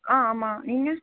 ஆ ஆமாம் நீங்கள்